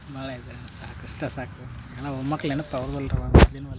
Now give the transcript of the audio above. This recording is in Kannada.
ಭಾಳ ಆಯ್ತು ಏನೋ ಸಾಕು ಇಷ್ಟೇ ಸಾಕು ಎಲ್ಲ ಒಮ್ಮಕ ನೆನಪು ಆಗುದಿಲ್ಲ ರೀ ನನಗೆ